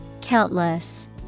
countless